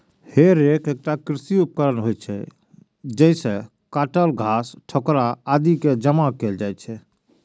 हे रैक एकटा कृषि उपकरण होइ छै, जइसे काटल घास, ठोकरा आदि कें जमा कैल जाइ छै